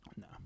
No